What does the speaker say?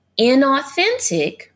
inauthentic